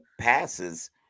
passes